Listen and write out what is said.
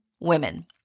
women